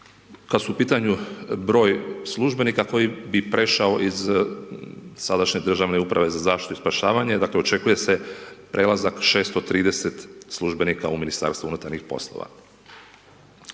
Kada su u pitanju broj službenika koji bi prešao iz sadašnje državne uprave za zaštitu i spašavanje, očekuje se 630 službenika u Ministarstvu unutarnjih poslova.